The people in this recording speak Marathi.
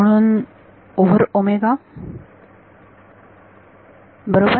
म्हणून ओव्हर ओमेगा बरोबर